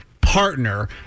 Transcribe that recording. partner